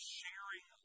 sharing